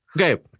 Okay